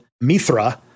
Mithra